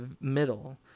middle